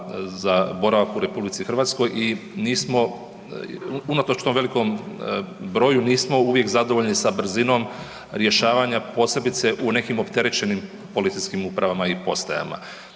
za boravak u RH i nismo, unatoč tom velikom broju nismo uvijek zadovoljni sa brzinom rješavanja, posebice u nekim opterećenim policijskim upravama i postajama.